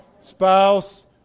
spouse